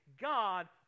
God